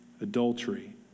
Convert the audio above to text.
adultery